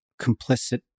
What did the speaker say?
complicit